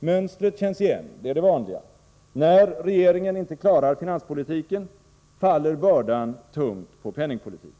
Mönstret känns igen — det är det vanliga mönstret: när regeringen inte klarar finanspolitiken faller bördan tungt på penningpolitiken.